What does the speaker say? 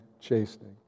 chastening